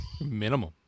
minimum